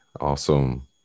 Awesome